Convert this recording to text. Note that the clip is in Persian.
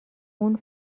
اون